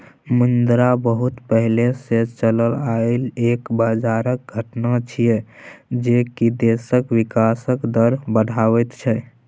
मुद्रा बहुत पहले से चलल आइल एक बजारक घटना छिएय जे की देशक विकासक दर बताबैत छै